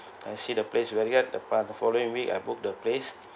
I see the place where I get the price following week I book the place